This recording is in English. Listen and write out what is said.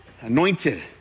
anointed